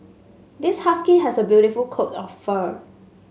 this husky has a beautiful coat of fur